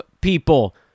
people